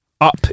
up